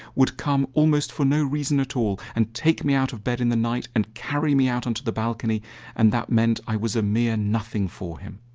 would come almost for no reason at all and take me out of bed in the night and carry me out onto the balcony and that meant i was a mere nothing for him.